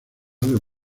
ciudad